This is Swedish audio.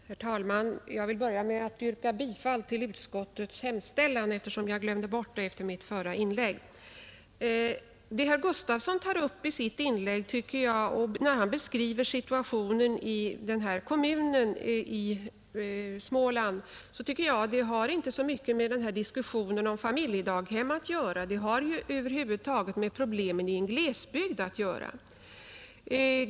Herr talman! Jag vill börja med att yrka bifall till utskottets hemställan, eftersom jag glömde det i mitt förra inlägg. Vad herr Gustavsson i Alvesta tog upp i sitt inlägg, när han beskrev situationen i en kommun i Småland, tycker jag inte har så mycket med diskussionen om familjedaghem att göra. Det har att göra med problemen över huvud taget i en glesbygd.